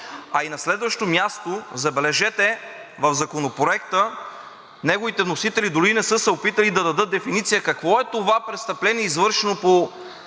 а и на следващо място, забележете, в Законопроекта неговите вносители дори не са се опитали да дадат дефиниция какво е това престъпление, извършено по